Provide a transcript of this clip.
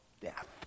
death